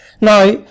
Now